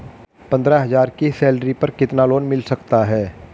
पंद्रह हज़ार की सैलरी पर कितना लोन मिल सकता है?